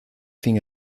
fin